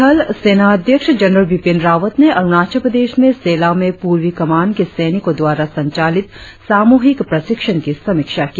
थल सेनाध्यक्ष जनरल विपिन रावत ने अरुणाचल प्रदेश में सेला में पूर्वी कमान के सैनिकों द्वारा संचालित सामूहिक प्रशिक्षण की समीक्षा की